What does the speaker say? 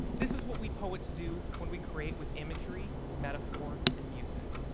this is what we poets do when we create with imagery, metaphor and music.